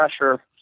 pressure